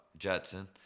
Jetson